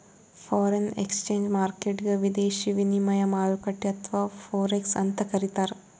foreign exchange ಮಾರ್ಕೆಟ್ಗ್ ವಿದೇಶಿ ವಿನಿಮಯ ಮಾರುಕಟ್ಟೆ ಅಥವಾ ಫೋರೆಕ್ಸ್ ಅಂತ್ ಕರಿತಾರ್